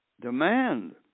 Demand